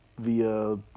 via